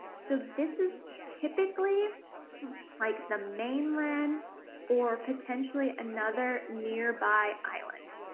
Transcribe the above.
so, this is typically like the mainland or potentially another nearby island.